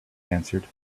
answered